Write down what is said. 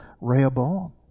Rehoboam